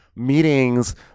Meetings